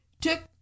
took